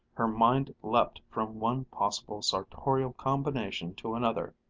her mind leaped from one possible sartorial combination to another.